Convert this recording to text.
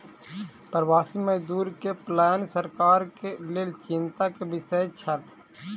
प्रवासी मजदूर के पलायन सरकार के लेल चिंता के विषय छल